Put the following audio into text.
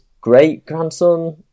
great-grandson